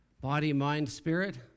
body-mind-spirit